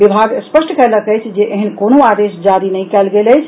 विभाग स्पष्ट कयलक अछि जे ऐहेन कोनो आदेश जारी नहि कयल गेल अछि